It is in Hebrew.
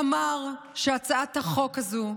אמר שהצעת החוק הזו,